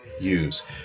use